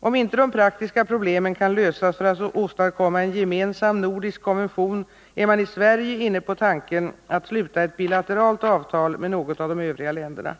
Om inte de praktiska problemen kan lösas för att åstadkomma en gemensam nordisk konvention, är man i Sverige inne på tanken att sluta ett bilateralt avtal med något av de övriga länderna.